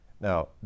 Now